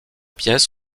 pièces